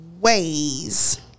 ways